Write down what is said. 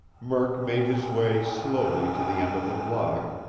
murk made his way slowly to the end of the block,